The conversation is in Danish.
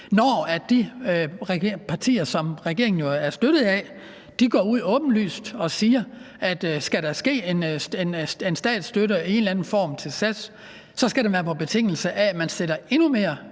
når de partier, som regeringen jo er støttet af, går ud åbenlyst og siger, at skal der gives en statsstøtte i en eller anden form til SAS, så skal den være på betingelse af, at man stiller endnu flere